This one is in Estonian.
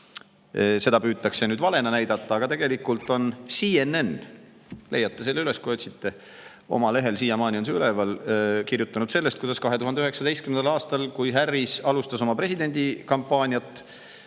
Seda püütakse valena näidata, aga tegelikult on CNN – te leiate selle üles, kui otsite, nende lehel on see siiamaani üleval – kirjutanud sellest, kuidas 2019. aastal, kui Harris alustas oma presidendikampaaniat,